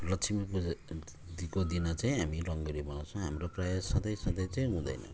लक्ष्मी पूजाको दिन चाहिँ हामी रङ्गोली बनाउँछौँ हाम्रो प्रायः सधैँ सधैँ चाहिँ हुँदैन